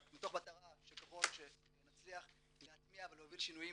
מתוך מטרה שככל שנצליח להטמיע ולהוביל שינויים